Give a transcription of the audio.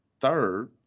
third